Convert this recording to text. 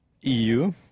EU